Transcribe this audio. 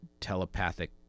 telepathic